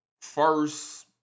first